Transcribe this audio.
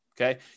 okay